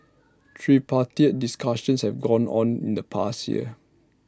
tripartite discussions have gone on in the past year